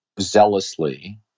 zealously